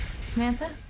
Samantha